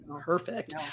perfect